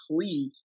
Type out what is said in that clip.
please